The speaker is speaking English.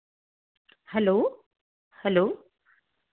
hello hello